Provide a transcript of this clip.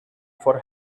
for